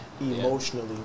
emotionally